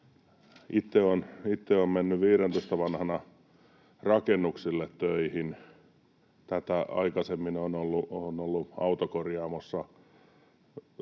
Itse olen mennyt viidentoista vanhana rakennuksille töihin. Tätä aikaisemmin olen ollut autokorjaamossa,